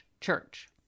church